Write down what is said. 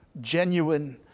genuine